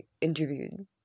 interviewed